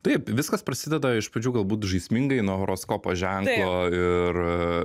taip viskas prasideda iš pradžių galbūt žaismingai nuo horoskopo ženklo ir